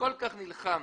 שכל כך נלחם